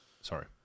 Sorry